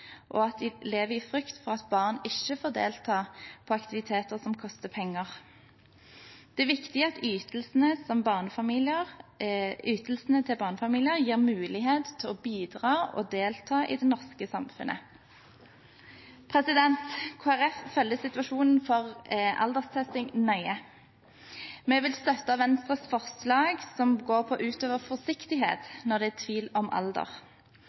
og at de lever i frykt for at barn ikke får delta på aktiviteter som koster penger. Det viktige er at ytelsene til barnefamilier gir mulighet til å bidra og delta i det norske samfunnet. Kristelig Folkeparti følger situasjonen for alderstesting nøye. Vi vil støtte Venstres forslag som handler om å utøve forsiktighet når det er tvil om alder,